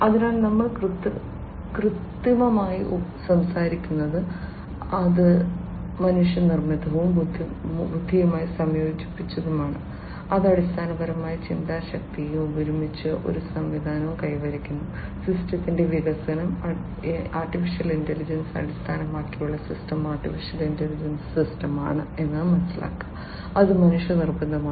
അതിനാൽ നമ്മൾ കൃത്രിമമായി സംസാരിക്കുന്നത് അത് മനുഷ്യനിർമ്മിതവും ബുദ്ധിയുമായി സംയോജിപ്പിക്കുന്നതുമാണ് അത് അടിസ്ഥാനപരമായി ചിന്താശക്തിയും ഒരുമിച്ച് ഒരു സംവിധാനവും കൈവരിക്കുന്നു സിസ്റ്റത്തിന്റെ വികസനം AI അടിസ്ഥാനമാക്കിയുള്ള സിസ്റ്റം ആർട്ടിഫിഷ്യൽ ഇന്റലിജൻസ് സിസ്റ്റമാണ് അത് മനുഷ്യനിർമ്മിതമാണ്